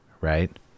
Right